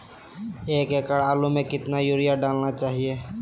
एक एकड़ आलु में कितना युरिया डालना चाहिए?